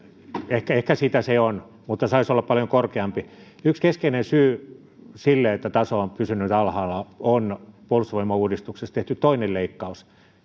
ehkä se sitä on mutta saisi olla paljon korkeampi yksi keskeinen syy siihen että taso on pysynyt alhaalla on puolustusvoimauudistuksessa tehty toinen leikkaus